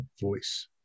voice